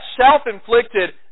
self-inflicted